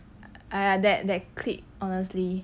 !aiya! that that clique honestly